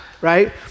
right